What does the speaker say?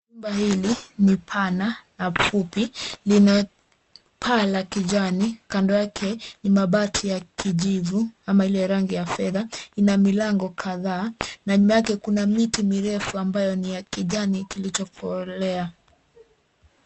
Nyumba hili ni pana na fupi. Lina paa la kijani. Kando yake ni mabati ya kijivu, ama Ile rangi ya fedha. Ina milango kadhaa na nyuma yake kuna miti mirefu ambayo ni ja kijani kilichokolea.